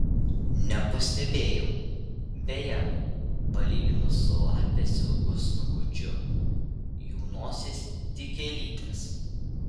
nepastebėjau beje palyginus su lapės ilgu snukučiu jų nosys tik gėlytės